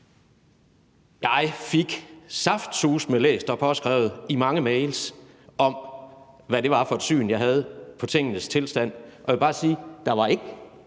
Jeg fik saftsuseme læst og påskrevet i mange mails om, hvad det var for et syn, jeg havde på tingenes tilstand. Og nu kan jeg jo ikke